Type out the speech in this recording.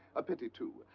a pity, too.